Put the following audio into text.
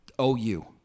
OU